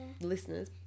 Listeners